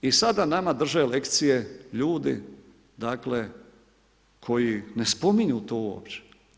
I sada nama drže lekcije ljudi dakle koji ne spominju to uopće.